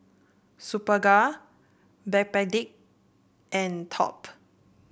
Superga Backpedic and Top